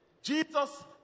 Jesus